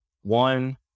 One